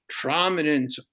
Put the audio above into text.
prominent